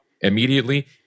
immediately